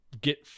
get